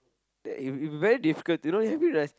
that very difficult it you know have it like